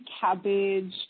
cabbage